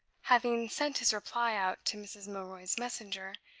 having sent his reply out to mrs. milroy's messenger,